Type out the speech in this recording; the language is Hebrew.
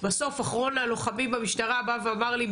בסוף אחרון הלוחמים במשטרה בא ואמר לי,